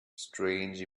strange